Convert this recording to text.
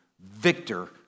victor